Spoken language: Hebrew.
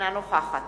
אינה נוכחת